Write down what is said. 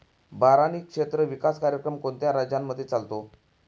बारानी क्षेत्र विकास कार्यक्रम कोणत्या राज्यांमध्ये चालतो?